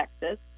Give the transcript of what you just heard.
Texas